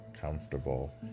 comfortable